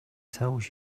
tells